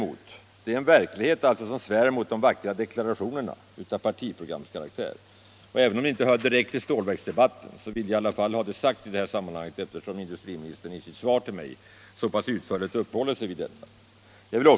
Allt detta är en verklighet som svär emot de vackra deklarationerna av partiprogramskaraktär. — Även om detta inte direkt hör till Stålverksdebatten, så vill jag i alla fall ha det sagt i det här sammanhanget, eftersom industriministern i sitt svar till mig så pass utförligt har uppehållit sig vid småföretagens situation.